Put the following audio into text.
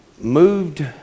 Moved